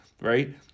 Right